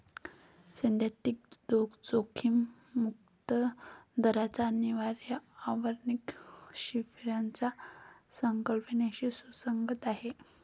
सैद्धांतिक जोखीम मुक्त दराचा अन्वयार्थ आयर्विंग फिशरच्या संकल्पनेशी सुसंगत आहे